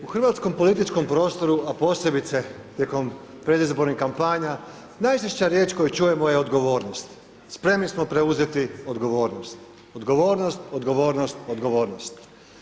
U hrvatskom političkom prostoru a posebice tijekom predizbornih kampanja najčešća riječ koju čujemo je odgovornost, spremni smo preuzeti odgovornost, odgovornost, odgovornost, odgovornost.